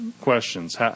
questions